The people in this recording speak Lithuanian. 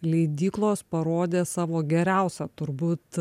leidyklos parodė savo geriausią turbūt